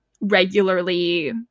regularly